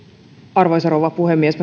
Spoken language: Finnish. arvoisa rouva puhemies